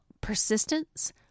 persistence